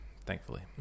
thankfully